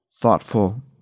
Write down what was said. thoughtful